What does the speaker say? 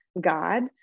God